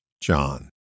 John